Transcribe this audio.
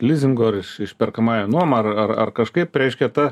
lizingu ar išperkamąja nuoma ar ar kažkaip reiškia ta